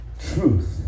truth